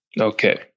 Okay